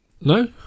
No